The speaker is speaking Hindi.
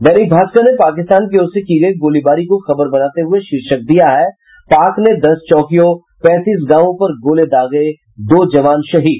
दैनिक भास्कर ने पाकिस्तान की ओर से की गयी गोलीबारी को खबर बनाते हुये शीर्षक दिया है पाक ने दस चौकियों पैंतीस गांवों पर गोले दागे दो जवान शहीद